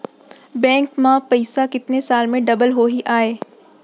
Bank में पइसा कितने साल में डबल होही आय?